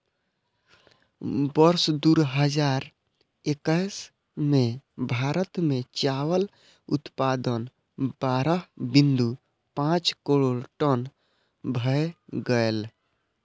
वर्ष दू हजार एक्कैस मे भारत मे चावल उत्पादन बारह बिंदु पांच करोड़ टन भए गेलै